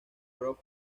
pro